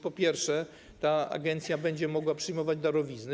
Po pierwsze, ta agencja będzie mogła przyjmować darowizny.